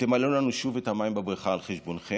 ותמלא לנו שוב את המים בבריכה על חשבונכם.